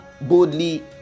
boldly